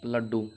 لڈو